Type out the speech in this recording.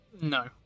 No